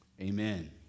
Amen